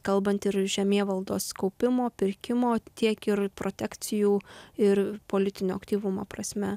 kalbant ir žemėvaldos kaupimo pirkimo tiek ir protekcijų ir politinio aktyvumo prasme